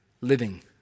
living